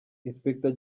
inspector